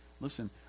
listen